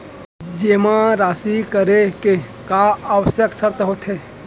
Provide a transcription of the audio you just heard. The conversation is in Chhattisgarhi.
जेमा राशि करे के का आवश्यक शर्त होथे?